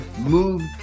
move